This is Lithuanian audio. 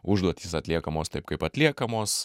užduotys atliekamos taip kaip atliekamos